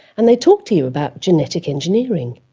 and they talk to you about genetic engineering.